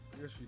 Yes